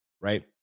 right